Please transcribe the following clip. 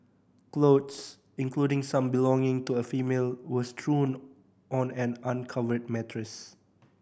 clothes including some belonging to a female were strewn on an uncovered mattress